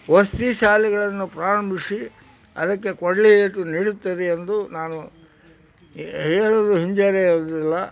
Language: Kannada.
ವಸತಿ ಶಾಲೆಗಳನ್ನು ಪ್ರಾರಂಭಿಸಿ ಅದಕ್ಕೆ ಕೊಡಲಿ ಏಟು ನೀಡುತ್ತದೆ ಎಂದು ನಾನು ಹೇಳಲು ಹಿಂಜರಿಯುವುದಿಲ್ಲ